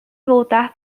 voltar